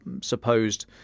supposed